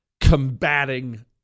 combating